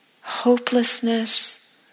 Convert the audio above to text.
hopelessness